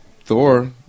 Thor